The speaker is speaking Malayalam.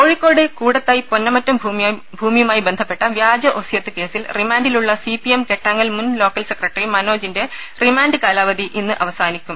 കോഴിക്കോട് കൂടത്തായ് പൊന്നാമറ്റം ഭൂമിയുമായി ബന്ധപ്പെട്ട വ്യാജ ഒസ്യത്ത് കേസിൽ റിമാൻഡിലുള്ള എം കെട്ടാങ്ങൽ സി പി മുൻ ലോക്കൽ സെക്രട്ടറി മനോജിന്റെ റിമാൻഡ് കാലാവധി ഇന്ന് അവസാനിക്കും